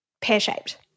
pear-shaped